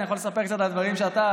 אני יכול לספר קצת על דברים שאתה,